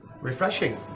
refreshing